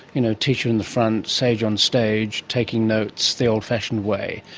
you know, teacher in the front, sage on stage, taking notes the old-fashioned way.